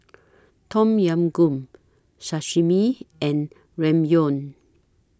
Tom Yam Goong Sashimi and Ramyeon